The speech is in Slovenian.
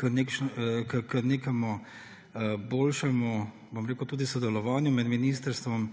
tudi k nekemu boljšemu sodelovanju med ministrstvom